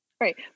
Right